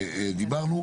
דיברנו.